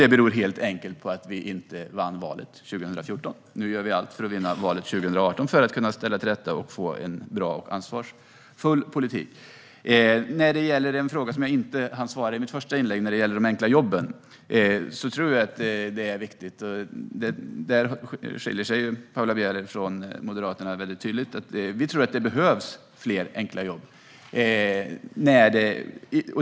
Det beror helt enkelt på att vi inte vann valet 2014. Nu gör vi allt för att vinna valet 2018 för att kunna ställa till rätta och få en bra och ansvarsfull politik. I den fråga som jag inte hann svara på i min första replik, om de enkla jobben, skiljer sig Paula Bieler tydligt från Moderaterna. Vi tror att det behövs fler enkla jobb.